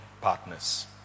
partners